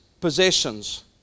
possessions